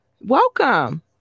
welcome